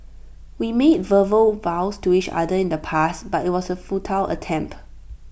we made verbal vows to each other in the past but IT was A futile attempt